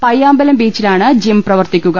പയ്യാമ്പലം ബീച്ചിലാണ് ജിം പ്രവർത്തി ക്കുക